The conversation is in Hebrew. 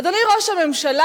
אדוני ראש הממשלה,